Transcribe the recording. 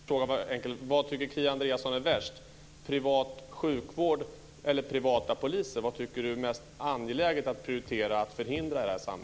Fru talman! Jag ber om ursäkt om jag uttryckte mig otydligt. Frågan är enkel: Vad tycker Kia Andreasson är värst, privat sjukvård eller privata poliser? Vad tycker Kia Andreasson är mest angeläget att prioritera att förhindra i vårt land?